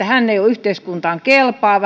hän ei ole yhteiskuntaan kelpaava